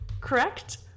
Correct